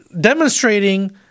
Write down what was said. demonstrating